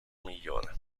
migliore